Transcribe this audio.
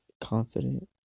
confident